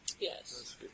Yes